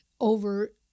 over